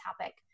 topic